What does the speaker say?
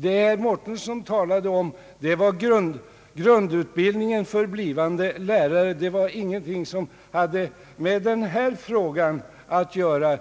Vad herr Mårtensson talade om gäller grundutbildningen för blivande lärare, och där finns ingenting som har med denna fråga att göra.